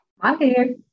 Hi